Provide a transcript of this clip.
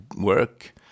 work